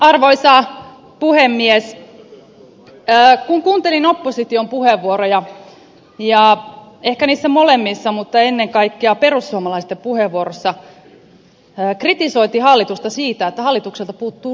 mutta sitten arvoisa puhemies kuuntelin opposition puheenvuoroja ja ehkä niissä molemmissa mutta ennen kaikkea perussuomalaisten puheenvuorossa kritisoitiin hallitusta siitä että hallitukselta puuttuu rohkeutta